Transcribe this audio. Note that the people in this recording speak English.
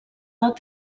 out